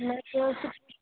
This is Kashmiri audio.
نہَ حظ سُہ حظ چھُ